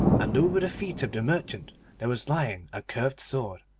and over the feet of the merchant there was lying a curved sword,